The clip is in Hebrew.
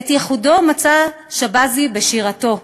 את ייחודו מצא שבזי בשירתו,